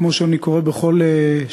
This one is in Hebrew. כמו שאני קורא בכל שבוע,